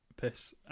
piss